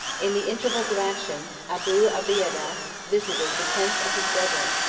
in the intervals of action, abu obeidah visited the tents of his brethren,